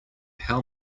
how